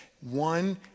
One